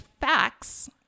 facts